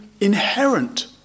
inherent